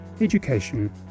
education